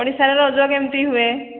ଓଡ଼ିଶାରେ ରଜ କେମିତି ହୁଏ